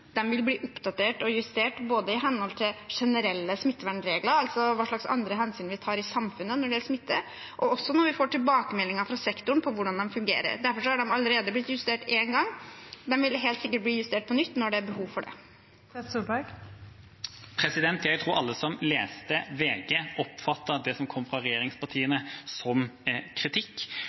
vil bli oppdatert og justert i henhold til generelle smittevernregler, altså hva slags andre hensyn vi tar i samfunnet når det gjelder smitte, og også når vi får tilbakemeldinger fra sektoren om hvordan de fungerer. Derfor har de allerede blitt justert én gang, og de vil helt sikkert bli justert på nytt når det er behov for det. Det blir oppfølgingsspørsmål – først Torstein Tvedt Solberg. Jeg tror alle som leste VG, oppfattet det som kom fra regjeringspartiene, som kritikk.